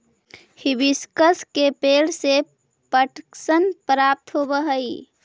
hibiscus के पेंड़ से पटसन प्राप्त होव हई